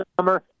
summer